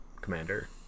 Commander